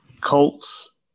Colts